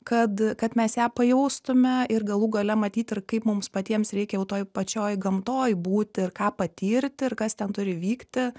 kad kad mes ją pajaustume ir galų gale matyt ir kaip mums patiems reikia jau toj pačioj gamtoj būti ir ką patirti ir kas ten turi vykti